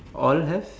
all have